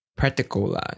Practical